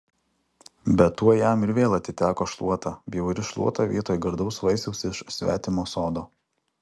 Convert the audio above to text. bet tuoj jam ir vėl atiteko šluota bjauri šluota vietoj gardaus vaisiaus iš svetimo sodo